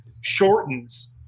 shortens